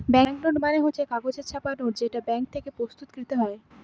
bank note মানে হচ্ছে কাগজে ছাপা নোট যেটা ব্যাঙ্ক থেকে প্রস্তুত কৃত হয়